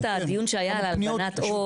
אתה זוכר את הדיון שהיה על הלבנת ההון?